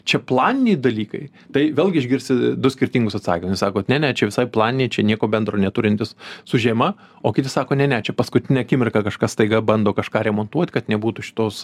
čia planiniai dalykai tai vėlgi išgirsi du skirtingus atsakymus vieni sako ne ne čia visai planiniai čia nieko bendro neturintys su žiema o kiti sako ne ne čia paskutinę akimirką kažkas staiga bando kažką remontuot kad nebūtų šitos